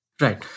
Right